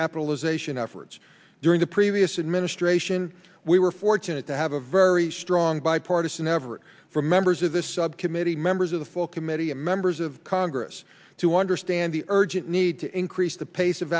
recapitalization efforts during the previous administration we were fortunate to have a very strong bipartisan effort from members of this subcommittee members of the full committee and members of congress to understand the urgent need to increase the pace of